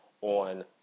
on